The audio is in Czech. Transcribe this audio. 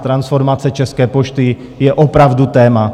Transformace České pošty je opravdu téma.